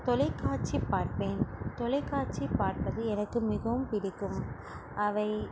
தொலைக்காட்சி பார்ப்பேன் தொலைக்காட்சி பார்ப்பது எனக்கு மிகவும் பிடிக்கும் அவை